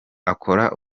akora